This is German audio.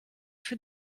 für